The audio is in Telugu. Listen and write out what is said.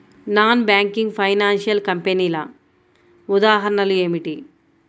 నాన్ బ్యాంకింగ్ ఫైనాన్షియల్ కంపెనీల ఉదాహరణలు ఏమిటి?